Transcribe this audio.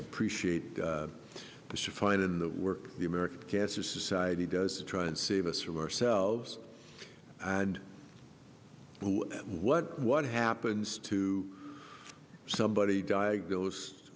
appreciate should find in the work the american cancer society does try and save us from ourselves and what what happens to somebody diagnosed